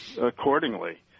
accordingly